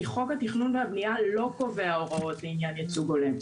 כי חוק התכנון והבנייה לא קובע הוראות בעניין ייצוג הולם.